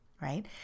right